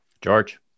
George